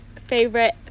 favorite